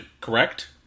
correct